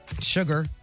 sugar